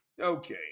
Okay